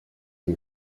iri